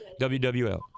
WWL